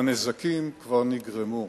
והנזקים כבר נגרמו.